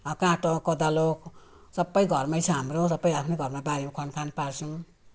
काँटा कोदालो सबै घरमै छ हाम्रो सबै आफ्नै घरमा बारीमा खनखान पार्छौँ